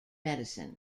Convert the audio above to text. medicine